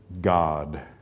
God